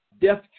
death